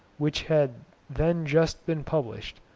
which had then just been published,